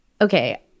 okay